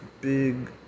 big